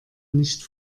nicht